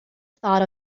thought